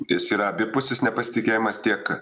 jis yra abipusis nepasitikėjimas tiek